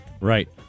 Right